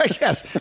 Yes